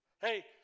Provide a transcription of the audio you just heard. Hey